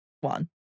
one